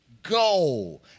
Go